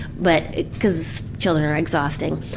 but. cause children are exhausting